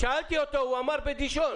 הוא אמר שהוא גר בדישון.